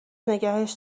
نگهش